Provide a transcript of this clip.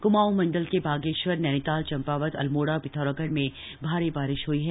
क्माऊं मंडल के बागेश्वर नैनीताल चंपावत अल्मोड़ा और पिथौरागढ़ में भारी बारिश हुई है